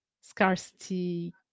scarcity